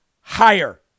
higher